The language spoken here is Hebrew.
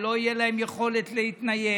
לא תהיה להם יכולת להתנייד,